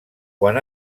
quan